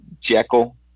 Jekyll